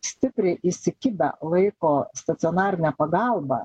stipriai įsikibę laiko stacionarinę pagalbą